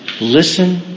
Listen